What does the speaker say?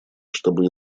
чтобы